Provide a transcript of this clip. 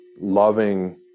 loving